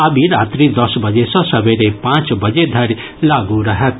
आब ई रात्रि दस बजे सॅ सबेरे पांच बजे धरि लागू रहत